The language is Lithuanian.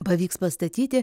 pavyks pastatyti